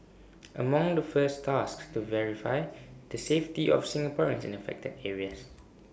among the first tasks to verify the safety of Singaporeans in affected areas